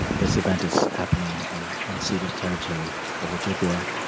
this event is happening on unceded territory of ojibwa,